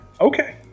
Okay